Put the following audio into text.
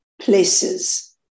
places